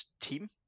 team